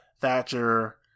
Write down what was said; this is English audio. Thatcher